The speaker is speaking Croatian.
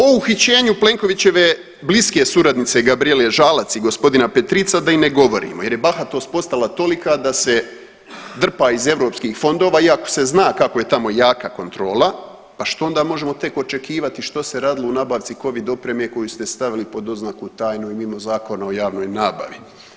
O uhićenju Plenkovićeve bliske suradnice Gabrijele Žalac i g. Petrica da i ne govorimo jer je bahatost postala tolika da se drpa iz eu fondova iako se zna kako je tamo jaka kontrola, pa što onda možemo tek očekivati što se radilo u nabavci covid opreme koju ste stavili pod oznaku tajno i mimo Zakona o javnoj nabavi.